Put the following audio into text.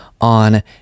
on